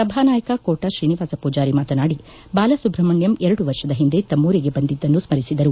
ಸಭಾನಾಯಕ ಕೋಟಾ ಶ್ರೀನಿವಾಸ ಪೂಜಾರಿ ಮಾತನಾಡಿ ಬಾಲಸುಬ್ರಹ್ಮಣ್ಯಂ ಎರಡು ವರ್ಷದ ಹಿಂದೆ ತಮ್ಮೂರಿಗೆ ಬಂದಿದ್ದನ್ನು ಸ್ಮರಿಸಿದರು